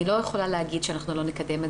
אני לא יכולה להגיד שאנחנו לא נקדם את